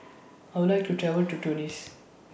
I Would like to travel to Tunis